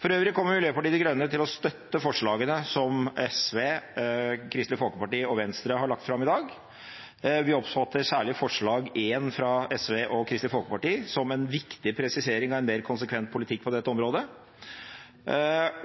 For øvrig kommer Miljøpartiet De Grønne til å støtte forslagene som SV, Kristelig Folkeparti og Venstre har lagt fram i dag. Vi oppfatter særlig forslag nr. 1, fra Sosialistisk Venstreparti og Kristelig Folkeparti, som en viktig presisering av en mer konsekvent politikk på dette området,